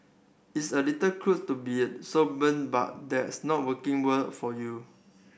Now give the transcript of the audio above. it's a little cruel to be so blunt but that's not working world for you